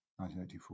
1984